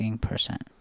percent